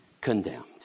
Condemned